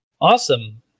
Awesome